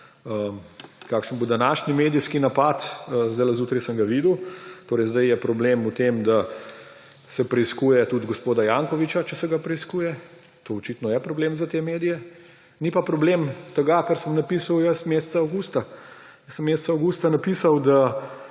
kakšen bo današnji medijski napad. Zjutraj sem ga videl. Torej, zdaj je problem v tem, da se preiskuje tudi gospoda Jankovića, če se ga preiskuje. To očitno je problem za te medije. Ni pa problem tega, kar sem napisal jaz meseca avgusta. Jaz sem meseca avgusta napisal, da